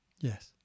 Yes